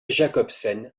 jacobsen